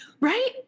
right